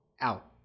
out